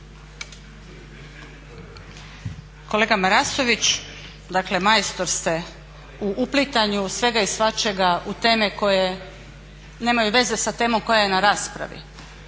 Kolega Marasović, dakle majstor ste u uplitanju svega i svačega u teme koje nemaju veze sa temom koja je na raspravi.